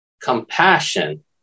compassion